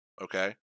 okay